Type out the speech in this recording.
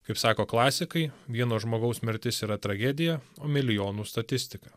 kaip sako klasikai vieno žmogaus mirtis yra tragedija o milijonų statistika